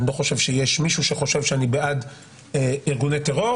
ואני לא חושב שיש מישהו שחושב שאני בעד ארגוני טרור